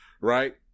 Right